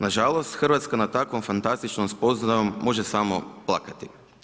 Nažalost, Hrvatska na takvom fantastičnom spoznajom, može samo plakati.